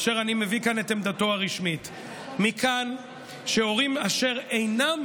אשר אני מביא כאן את עמדתו הרשמית: מכאן שהורים אשר אינם